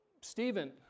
Stephen